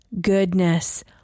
goodness